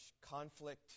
conflict